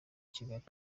kigali